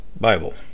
Bible